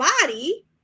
body